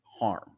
harm